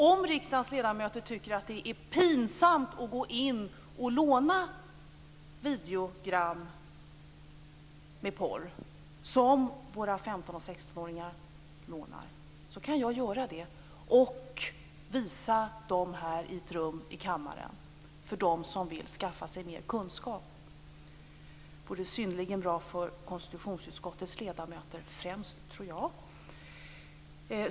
Om riksdagens ledamöter tycker att det är pinsamt att gå in och låna videogram med porr som våra 15 och 16-åringar lånar kan jag göra det och visa dem i ett rum här i riksdagen för dem som vill skaffa sig mer kunskap. Jag tror att det vore synnerligen bra främst för konstitutionsutskottets ledamöter.